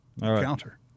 counter